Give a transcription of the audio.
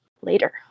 later